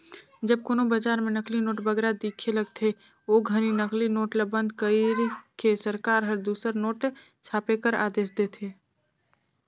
जब कोनो बजार में नकली नोट बगरा दिखे लगथे, ओ घनी नकली नोट ल बंद कइर के सरकार हर दूसर नोट छापे कर आदेस देथे